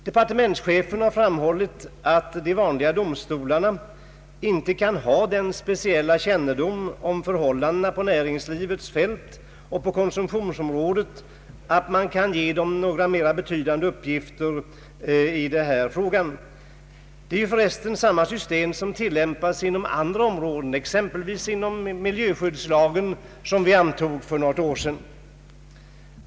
Departementschefen har framhållit att de vanliga domstolarna inte kan ha den speciella kännedom om förhållandena på näringslivets fält och på konsumtionsområdet att man kan ge dem mera betydande uppgifter i det här sammanhanget. Samma system tillämpas för resten på andra områden, exempelvis i fråga om miljöskyddslagen, som vi antog för något år sedan.